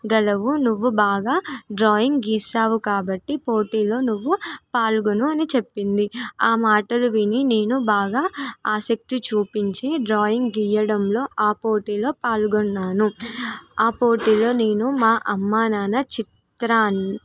గలవు నువ్వు బాగా డ్రాయింగ్ గీసావు కాబట్టి పోటీలో నువ్వు పాల్గొను అని చెప్పింది ఆ మాటలు విని నేను బాగా ఆసక్తి చూపించి డ్రాయింగ్ గీయడంలో ఆ పోటీలో పాల్గొన్నాను ఆ పోటీలో నేను మా అమ్మా నాన్న చిత్రా